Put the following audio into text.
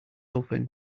open